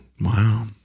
Wow